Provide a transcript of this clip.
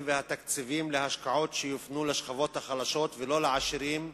והתקציבים להשקעות לשכבות החלשות ולא לעשירים,